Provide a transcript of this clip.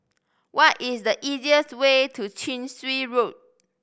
what is the easiest way to Chin Swee Road